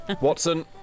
Watson